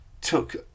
took